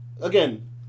again